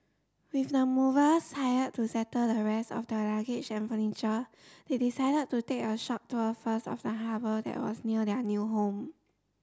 with the movers hired to settle the rest of their luggage and furniture they decided to take a short tour first of the harbour that was near their new home